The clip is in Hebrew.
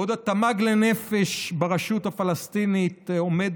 בעוד התמ"ג לנפש ברשות הפלסטינית עומד